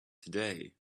today